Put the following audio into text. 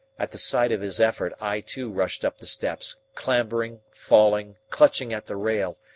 at the sight of his effort i too rushed up the steps, clambering, falling, clutching at the rail,